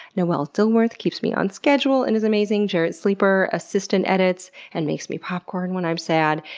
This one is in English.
noel dilworth keeps me on schedule and is amazing. jarrett sleeper assistant edits and makes me popcorn when i'm sad.